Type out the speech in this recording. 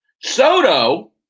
Soto